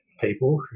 people